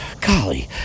golly